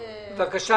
בבקשה.